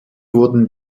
wurden